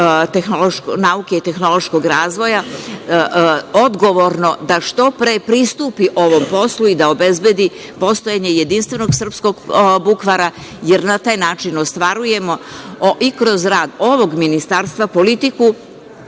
nauke i tehnološkog razvoja odgovorno da što pre pristupi ovom poslu i da obezbedi postojanje jedinstvenog srpskog bukvara, jer na taj način ostvarujemo, kroz rad ovog Ministarstva, politiku